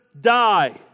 die